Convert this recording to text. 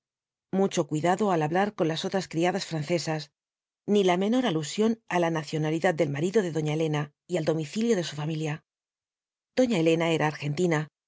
mucho cuidado al hablar los cuatro jinbtbs del apocalipsis con las otras criadas francesas ni la menor alusión á la nacionalidad del marido de doña elena y al domicilio de su familia doña elena era argentina